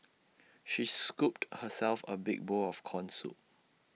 she scooped herself A big bowl of Corn Soup